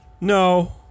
no